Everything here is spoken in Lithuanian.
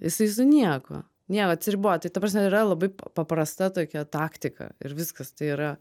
jisai su niekuo nieko atsiribojo tai ta prasme yra labai pa paprasta tokia taktika ir viskas tai yra